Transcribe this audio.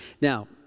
Now